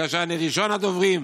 כאשר אני ראשון הדוברים,